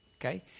Okay